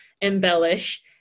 embellish